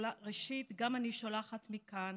ראשית גם אני שולחת מכאן